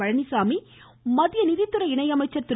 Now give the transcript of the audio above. பழனிச்சாமி மத்திய நிதித்துறை இணையமைச்சர் திரு